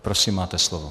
Prosím, máte slovo.